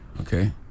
Okay